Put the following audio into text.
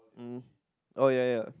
mm oh yeah yeah